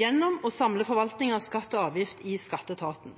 gjennom å samle forvaltningen av skatt og avgift i skatteetaten.